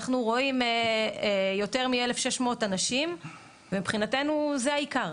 אנחנו רואים יותר מ-1,600 אנשים ומבחינתנו זה העיקר,